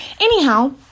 anyhow